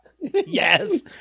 Yes